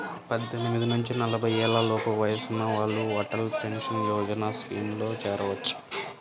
పద్దెనిమిది నుంచి నలభై ఏళ్లలోపు వయసున్న వాళ్ళు అటల్ పెన్షన్ యోజన స్కీమ్లో చేరొచ్చు